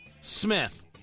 Smith